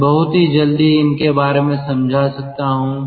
मैं बहुत ही जल्दी इनके बारे में समझा सकता हूं